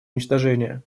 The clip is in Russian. уничтожения